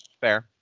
Fair